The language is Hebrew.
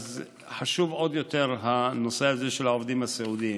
חשוב עוד יותר הנושא הזה של העובדים הסיעודיים.